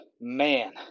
Man